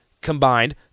combined